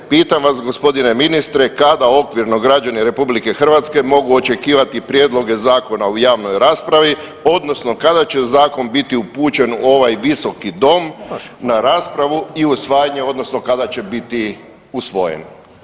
Pitam vas gospodine ministre kada okvirno građani RH mogu očekivati prijedloge zakona u javnoj raspravi, odnosno kada će zakon biti upućen u ovaj Visoki dom na raspravu i usvajanje, odnosno kada će biti usvojen.